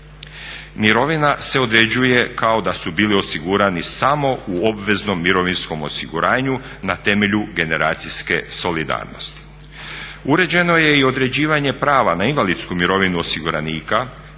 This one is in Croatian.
Mirovina se određuje kao da su bili osigurani samo u obveznom mirovinskom osiguranju na temelju generacijske solidarnosti. Uređeno je i određivanje prava na invalidsku mirovinu osiguranika,